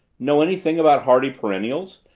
know anything about hardy perennials?